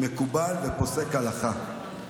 מקובל ופוסק הלכה.